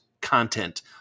content